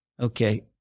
Okay